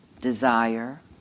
desire